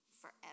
forever